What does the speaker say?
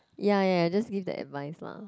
ya ya just give the advice lah